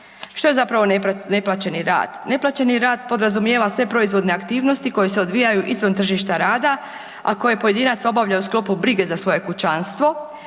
Što je zapravo neplaćeni rad? Neplaćeni rad podrazumijeva sve proizvodne aktivnosti koje se odvijaju izvan tržišta rada, a koje pojedina obavlja u sklopu brige za svoje kućanstvo,